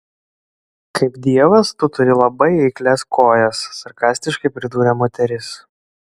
kaip dievas tu turi labai eiklias kojas sarkastiškai pridūrė moteris